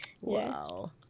Wow